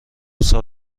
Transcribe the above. سال